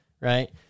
right